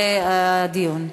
גפני ינמק, ואחר כך יהיה דיון.